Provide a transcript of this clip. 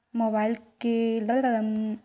Mobile ले बर का मोला किस्त मा लोन मिल जाही?